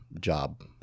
job